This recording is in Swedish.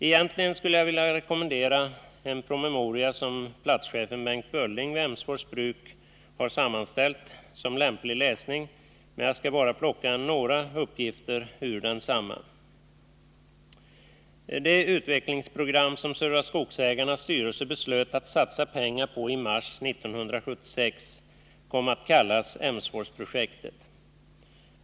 Egentligen skulle jag vilja rekommendera en promemoria som platschefen Bengt Bölling vid Emsfors bruk har sammanställt som lämplig läsning, men jag skall bara plocka några uppgifter ur densamma. Det utvecklingsprogram som Södra Skogsägarnas styrelse beslöt att satsa pengar på i mars 1976 kom att kallas Emsforsprojektet.